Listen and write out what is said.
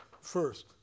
First